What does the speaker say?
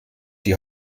die